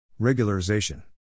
Regularization